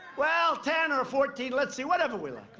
well, ten or fourteen. let's see. whatever we like, right?